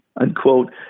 unquote